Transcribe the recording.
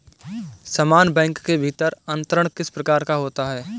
समान बैंक के भीतर अंतरण किस प्रकार का होता है?